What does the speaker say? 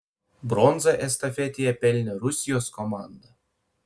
bronzą estafetėje pelnė rusijos komanda